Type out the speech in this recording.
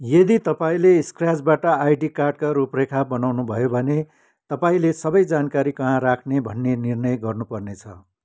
यदि तपाईँँले स्क्र्याचबाट आइडी कार्डका रूपरेखा बनाउनु भयो भने तपाईँँले सबै जानकारी कहाँ राख्ने भन्ने निर्णय गर्नुपर्नेछ